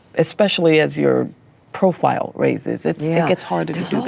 especially as your profile raises, it's it's hard to do so